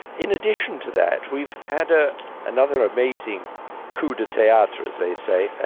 in addition to that we've had ah another amazing coup de theatre as they say, ah